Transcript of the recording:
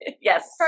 Yes